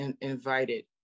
invited